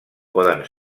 poden